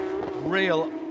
real